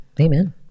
Amen